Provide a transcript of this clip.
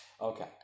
Okay